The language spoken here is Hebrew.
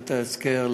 לתזכר,